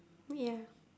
ya